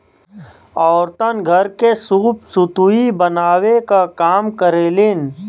औरतन घर के सूप सुतुई बनावे क काम करेलीन